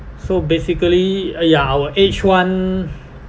so basically uh ya our age [one]